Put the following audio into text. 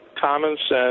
common-sense